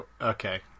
Okay